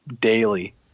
daily